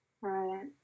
right